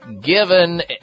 given